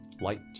light